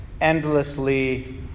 endlessly